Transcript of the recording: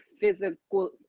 physical